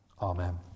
Amen